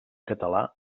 català